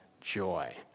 joy